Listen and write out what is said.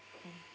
mm